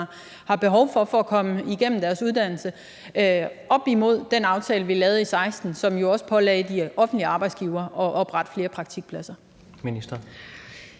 har behov for for at komme igennem deres uddannelse. Det skal ses op mod den aftale, som vi lavede i 2016, som jo også pålagde de offentlige arbejdsgivere at oprette flere praktikpladser.